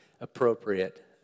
appropriate